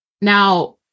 Now